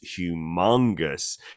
humongous